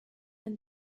and